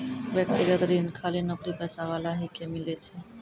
व्यक्तिगत ऋण खाली नौकरीपेशा वाला ही के मिलै छै?